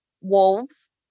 wolves